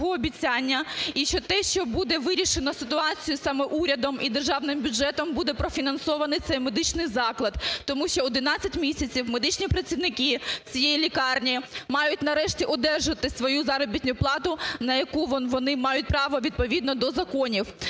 тому що 11 місяців медичні працівники цієї лікарні мають нарешті одержати свою заробітну плату, на яку вони мають право відповідно до законів.